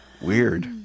Weird